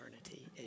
eternity